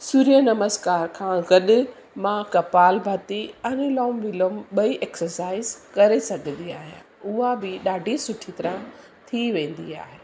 सूर्यनमस्कार खां गॾु मां कपालभाती अनुलोम विलोम ॿई एक्सरसाइज़ करे सघंदी आहियां उहा बि ॾाढी सुठी तरह थी वेंदी आहे